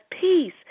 peace